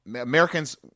Americans